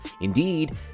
indeed